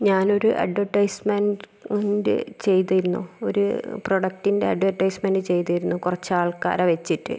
ഞാനൊരു advertisement ചെയ്തിരുന്നു ഒരു പ്രൊഡക്റ്റിൻ്റെ അഡ്വർടൈസ്മെന്റ് ചെയ്തിരുന്നു കുറച്ച് ആൾക്കാരെ വെച്ചിട്ട്